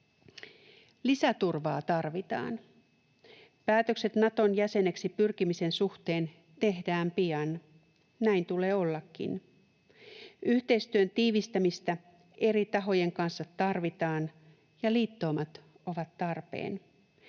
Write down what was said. Lisäturvaa tarvitaan. Päätökset Naton jäseneksi pyrkimisen suhteen tehdään pian. Näin tulee ollakin. Yhteistyön tiivistämistä eri tahojen kanssa tarvitaan, ja liittoumat ovat tarpeen.